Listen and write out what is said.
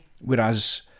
Whereas